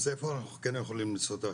אז איפה אנחנו כן יכולים למצוא את הקריטריונים?